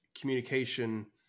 communication